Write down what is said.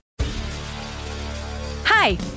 Hi